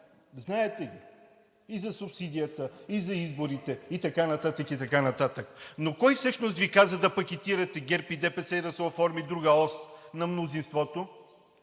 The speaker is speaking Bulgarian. заедно – и за субсидията, и за изборите, и така нататък, и така нататък. Кой всъщност Ви каза да пакетирате ГЕРБ и ДПС, за да се оформи друга ос на мнозинството?